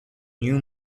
new